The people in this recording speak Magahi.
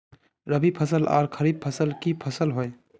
रवि फसल आर खरीफ फसल की फसल होय?